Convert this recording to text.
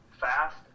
Fast